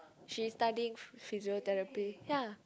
she studying physiotheraphy ya